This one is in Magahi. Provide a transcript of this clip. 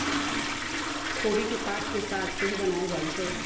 खोबि के पात के साग सेहो बनायल जाइ छइ